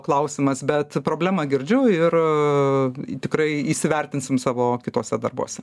klausimas bet problemą girdžiu ir tikrai įsivertinsim savo kituose darbuose